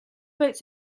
boats